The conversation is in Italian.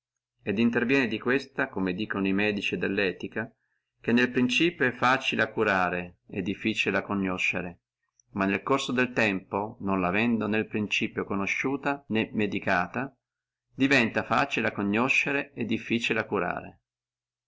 et interviene di questa come dicono e fisici dello etico che nel principio del suo male è facile a curare e difficile a conoscere ma nel progresso del tempo non lavendo in principio conosciuta né medicata diventa facile a conoscere e difficile a curare